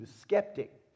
skeptic